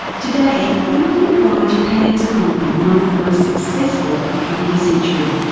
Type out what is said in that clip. today we're looking at why japan's economy, one of the most successful of the twentieth century,